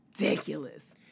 Ridiculous